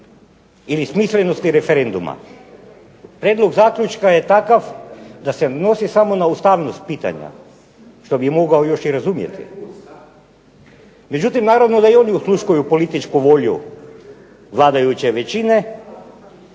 ili smislenosti referenduma? Prijedlog zaključka je takav da se odnosi samo na ustavnost pitanja što bih mogao još i razumjeti. Međutim, naravno da i oni osluškuju političku volju vladajuće većine